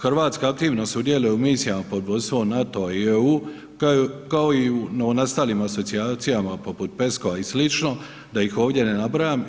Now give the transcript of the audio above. Hrvatska aktivno sudjeluje u misijama pod vodstvom NATO-a i EU kao i u novonastalim asocijacijama poput PESCO-a i slično, da ih ovdje ne nabrajam.